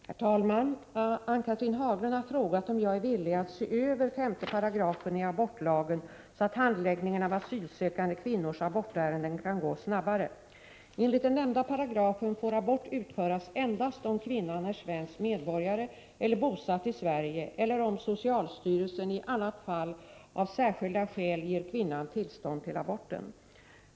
Herr talman! Ann-Cathrine Haglund har frågat mig om jag är villig att se över 5§ i abortlagen så att handläggningen av asylsökande kvinnors abortärenden kan gå snabbare. Enligt den nämnda paragrafen får abort utföras endast om kvinnan är svensk medborgare eller bosatt i Sverige eller om socialstyrelsen i annat fall av särskilda skäl ger kvinnan tillstånd till aborten.